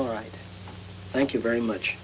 all right thank you very much